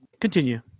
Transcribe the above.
continue